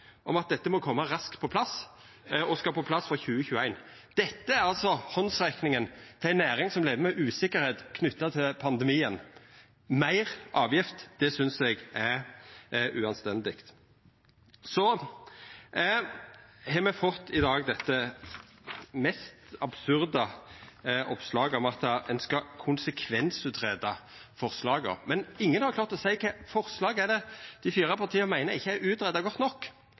at dette må koma raskt på plass, og skal på plass frå 2021. Dette er altså handsrekninga til ei næring som lever med usikkerheit knytt til pandemien: meir avgift. Det synest eg er uanstendig. Så har me i dag fått dette mest absurde oppslaget, om at ein skal konsekvensutgreia forslaga. Men ingen har klart å seia kva forslag dei fire partia meiner ikkje er utgreidd godt nok.